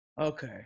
Okay